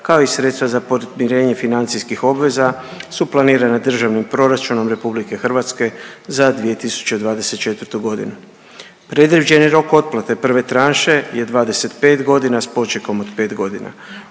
kao i sredstva za podmirenje financijskih obveza su planirana državnim proračunom Republike Hrvatske za 2024. godinu. Predviđeni rok otplate prve tranše je 25 godina s počekom od 5 godina.